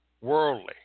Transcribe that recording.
worldly